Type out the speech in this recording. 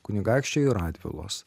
kunigaikščiai radvilos